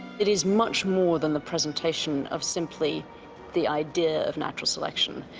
it is much more than the presentation of simply the idea of natural selection.